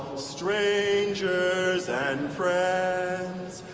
strangers and friends